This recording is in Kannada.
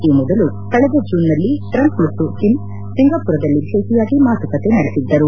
ಈ ಮೊದಲು ಕಳೆದ ಜೂನ್ನಲ್ಲಿ ಟ್ರಂಪ್ ಮತ್ತು ಕಿಮ್ ಸಿಂಗಪುರದಲ್ಲಿ ಭೇಟಿಯಾಗಿ ಮಾತುಕತೆ ನಡೆಸಿದ್ಗರು